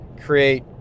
create